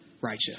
righteous